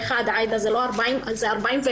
41% עד שנת 2024. זה היה אמור להיות עד שנת 2020